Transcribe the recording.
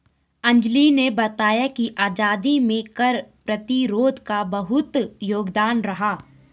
अंजली ने बताया कि आजादी में कर प्रतिरोध का बहुत योगदान रहा